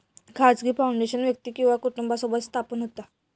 खाजगी फाउंडेशन व्यक्ती किंवा कुटुंबासोबत स्थापन होता